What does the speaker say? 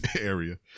area